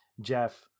Jeff